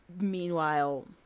Meanwhile